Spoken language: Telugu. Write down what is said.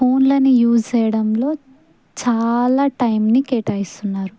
ఫోన్లని యూజ్ చేయడంలో చాలా టైంని కేటాయిస్తున్నారు